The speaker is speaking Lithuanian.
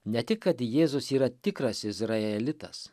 ne tik kad jėzus yra tikras izraelitas